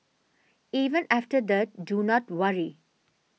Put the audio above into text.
even after the do not worry